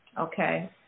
okay